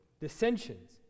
dissensions